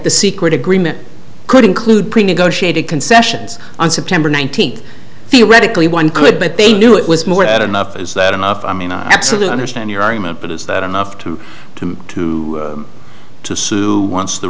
the secret agreement could include pre negotiated concessions on september nineteenth theoretically one could but they knew it was more than enough is that enough i mean i absolutely understand your argument but is that enough to to to to sue once the